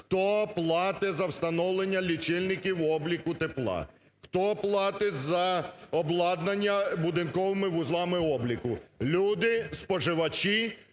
хто платить за встановлення лічильників обліку тепла? Хто платить за обладнання будинковими вузлами обліку? Люди-споживачі,